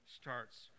starts